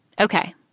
okay